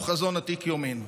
הוא חזון עתיק יומין.